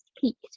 peaked